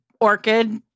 orchid